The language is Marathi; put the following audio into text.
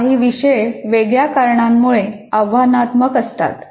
काही विषय वेगळ्या कारणांमुळे आव्हानात्मक असतात